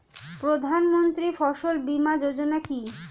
প্রধানমন্ত্রী ফসল বীমা যোজনা কি?